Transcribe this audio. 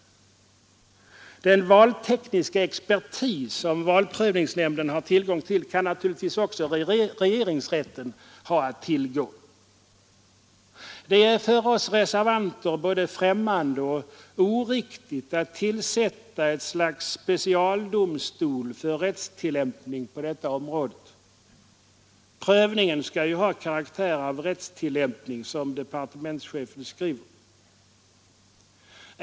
Den valtekniska expertis som valprövningsnämnden har tillgång till kan naturligtvis också regeringsrätten ha att tillgå. Det är för oss reservanter både främmande och oriktigt att tillsätta ett slags specialdomstol för rättstillämpning på detta område — prövningen skall ju ha karaktär av rättstillämpning, som departementschefen skriver.